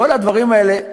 כל הדברים האלה,